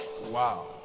Wow